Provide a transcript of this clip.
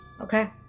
Okay